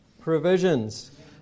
provisions